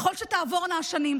ככל שתעבורנה השנים,